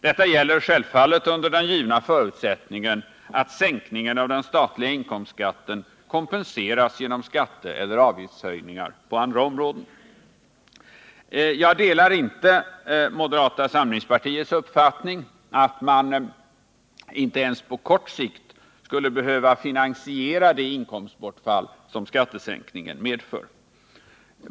Detta gäller självfallet under den givna förutsättningen att sänkningen av den statliga inkomstskatten kompenseras genom skatteeller avgiftshöjningar på andra områden. Jag delar inte moderata samlingspartiets uppfattning att man inte ens på kort sikt skulle behöva finansiera det inkomstbortfall som skattesänkningen medför.